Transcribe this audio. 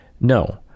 No